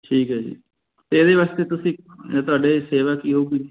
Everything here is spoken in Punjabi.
ਠੀਕ ਹੈ ਜੀ ਅਤੇ ਇਹਦੇ ਵਾਸਤੇ ਤੁਸੀਂ ਤੁਹਾਡੇ ਸੇਵਾ ਕੀ ਹੋਊਗੀ ਜੀ